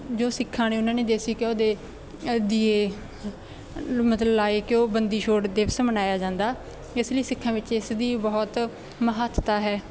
ਜੋ ਸਿੱਖਾਂ ਨੇ ਉਹਨਾਂ ਨੇ ਦੇਸੀ ਘਿਓ ਦੇ ਦੀਵੇ ਮਤਲਬ ਲਗਾਏ ਕਿ ਉਹ ਬੰਦੀ ਛੋੜ ਦਿਵਸ ਮਨਾਇਆ ਜਾਂਦਾ ਇਸ ਲਈ ਸਿੱਖਾਂ ਵਿੱਚ ਇਸ ਦੀ ਬਹੁਤ ਮਹੱਤਤਾ ਹੈ